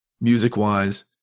music-wise